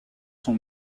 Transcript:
son